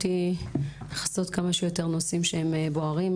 היא לכסות כמה שיותר נושאים שהם בוערים.